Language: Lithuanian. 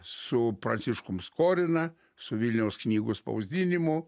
su pranciškum skorina su vilniaus knygų spausdinimu